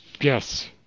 Yes